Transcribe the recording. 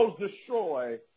destroy